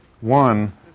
One